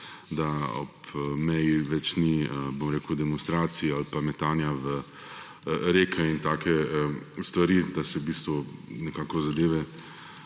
da ob meji več ni demonstracij ali metanja v reke in take stvari, da se v bistvu nekako zadeve